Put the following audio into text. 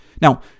Now